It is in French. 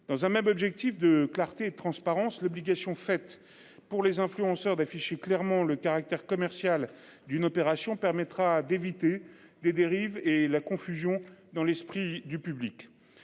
dans un même objectif, de clarté et de transparence. L'obligation faite pour les influenceurs d'afficher clairement le caractère commercial d'une opération permettra d'éviter des dérives et la confusion dans l'esprit du public.